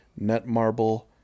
Netmarble